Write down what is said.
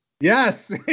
Yes